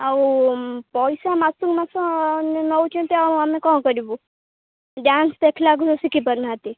ଆଉ ପଇସା ମାସକୁ ମାସ ନେଉଛନ୍ତି ଆଉ ଆମେ କ'ଣ କରିବୁ ଡ୍ୟାନ୍ସ ଦେଖିଲାକୁ ଶିଖି ପାରୁନାହାନ୍ତି